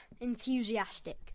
enthusiastic